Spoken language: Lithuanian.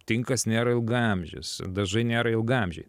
tinkas nėra ilgaamžis dažai nėra ilgaamžiai